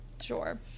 sure